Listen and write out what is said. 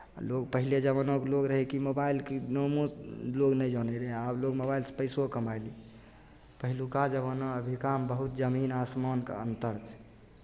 लोक पहिले जमानाके लोक रहै कि मोबाइलके नामो लोक नहि जानैत रहै आब लोक मोबाइलसँ पैसो कमाइ पहिलुका जमाना अभिकामे बहुत जमीन आसमानके अन्तर छै